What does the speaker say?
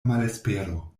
malespero